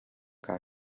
kaa